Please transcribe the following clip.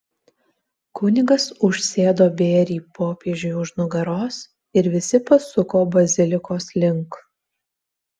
kunigas užsėdo bėrį popiežiui už nugaros ir visi pasuko bazilikos link